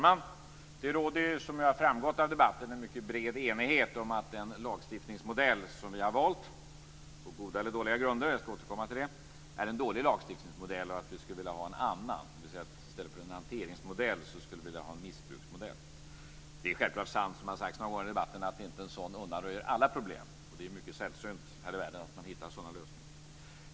Fru talman! Som har framgått av debatten råder det en mycket bred enighet om att den lagstiftningsmodell vi på goda eller dåliga grunder har valt - jag skall återkomma till det - är en dålig lagstiftningsmodell och att vi skulle vilja ha en annan. I stället för en hanteringsmodell skulle vi vilja ha en missbruksmodell. Det är självfallet sant som har sagts några gånger i debatten att en sådan inte undanröjer alla problem. Det är ju mycket sällsynt här i världen att man hittar sådana lösningar.